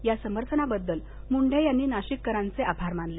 या समर्थनाबद्दल मुंढे यांनी नाशिककरांचे आभार मानले